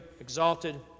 exalted